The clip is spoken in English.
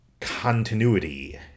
continuity